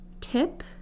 tip